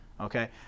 Okay